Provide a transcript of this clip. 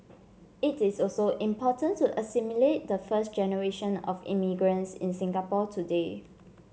it is also important to assimilate the first generation of immigrants in Singapore today